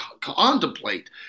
contemplate